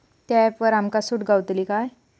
त्या ऍपवर आमका सूट गावतली काय?